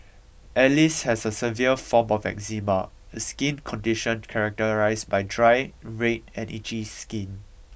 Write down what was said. Alice has a severe form of eczema a skin condition characterised by dry red and itchy skin